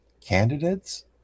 candidates